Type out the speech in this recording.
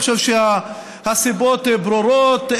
אני חושב שהסיבות ברורות,